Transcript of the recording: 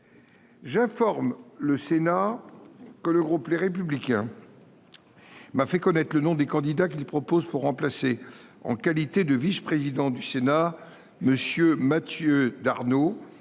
J’informe le Sénat que le groupe Les Républicains m’a fait connaître le nom des candidats qu’il propose pour remplacer, en qualité de vice présidents du Sénat, M. Mathieu Darnaud,